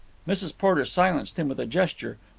mrs. porter silenced him with a gesture.